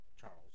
Charles